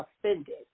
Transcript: offended